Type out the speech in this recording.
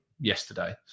yesterday